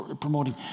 promoting